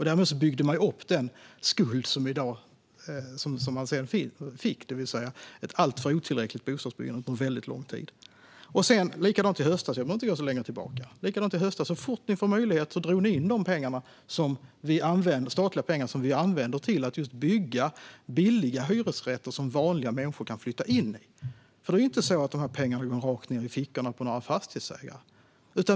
Därmed byggde man upp den skuld som man sedan fick, det vill säga ett alltför otillräckligt bostadsbyggande under lång tid. Likadant var det i höstas - jag behöver inte gå särskilt långt tillbaka. Så fort ni fick möjlighet drog ni in de statliga pengar som vi använder till att bygga just billiga hyresrätter som vanliga människor kan flytta in i. Det är inte på det sättet att de pengarna går rakt ned i fickorna på några fastighetsägare.